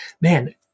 man